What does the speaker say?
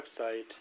website